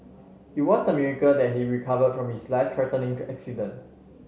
it was a miracle that he recover from his life threatening accident